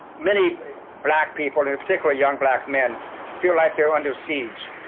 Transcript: many black people and in particular young black men feel like they are under siege.